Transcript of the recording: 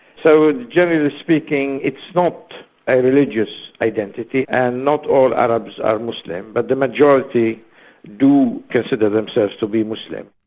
so generally speaking it's not a religious identity, and not all arabs are muslim, but the majority do consider themselves to be muslim.